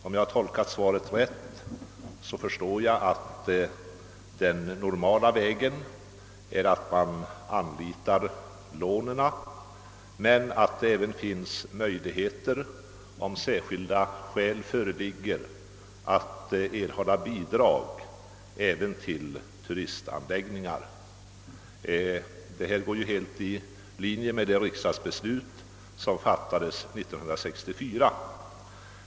Om jag har tolkat svaret rätt är det normala att ge lån, men att det även finns möjligheter, om särskilda skäl föreligger, att erhålla också bidrag till turistanläggningar. Detta är ju helt i linje med det riksdagsbeslut som fattades 1964.